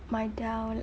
my dell